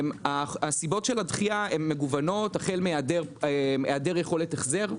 סיבות הדחייה מגוונות, החל מהיעדר יכולת החזר.